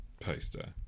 poster